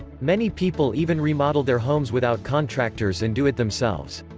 many people even remodel their homes without contractors and do it themselves.